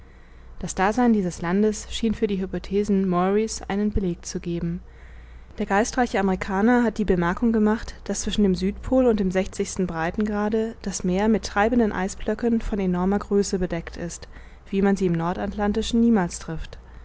das dasein dieses landes schien für die hypothesen maury's einen beleg zu geben der geistreiche amerikaner hat die bemerkung gemacht daß zwischen dem südpol und dem sechzigsten breitegrade das meer mit treibenden eisblöcken von enormer größe bedeckt ist wie man sie im nordatlantischen niemals trifft